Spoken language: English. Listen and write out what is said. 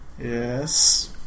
Yes